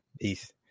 Peace